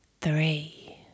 three